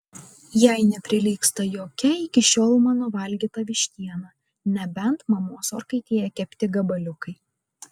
jai neprilygsta jokia iki šiol mano valgyta vištiena nebent mamos orkaitėje kepti gabaliukai